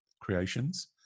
creations